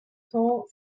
cent